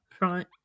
Right